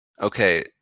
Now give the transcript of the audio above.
okay